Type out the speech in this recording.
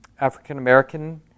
African-American